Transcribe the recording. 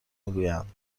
میگویند